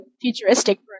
futuristic